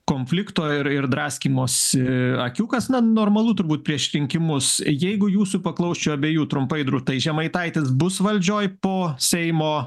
konflikto ir ir draskymosi akių kas na normalu turbūt prieš rinkimus jeigu jūsų paklausčiau abejų trumpai drūtai žemaitaitis bus valdžioj po seimo